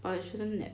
but I shouldn't nap